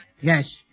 Yes